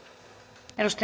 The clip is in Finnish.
arvoisa